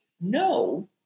no